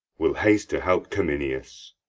will haste to help cominius.